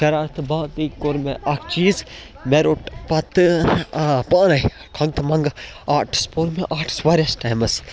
شرارت تہٕ باقٕے کوٚر مےٚ اَکھ چیٖز مےٚ روٚٹ پَتہٕ آ پانَے کھۄنٛگتہٕ مَنٛگہٕ آٹٕس پوٚر مےٚ آٹٕس واریاہَس ٹایمَس